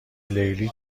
لیلی